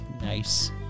Nice